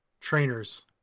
Trainers